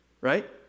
right